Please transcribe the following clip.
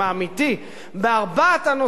בארבעת הנושאים שהלכתם